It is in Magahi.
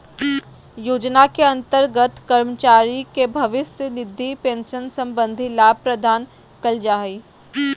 योजना के अंतर्गत कर्मचारी के भविष्य निधि पेंशन संबंधी लाभ प्रदान कइल जा हइ